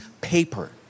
paper